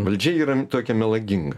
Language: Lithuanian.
valdžia yra tokia melaginga